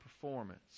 performance